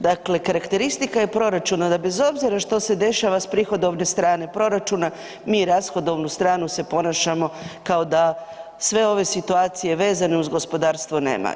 Dakle, karakteristika je proračuna da bez obzira što se dešava s prihodovne strane proračuna mi rashodovnu stranu se ponašamo kao da sve ove situacije vezano uz gospodarstvo nema.